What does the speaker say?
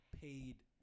Paid